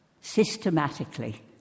systematically